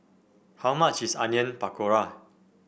how much is Onion Pakora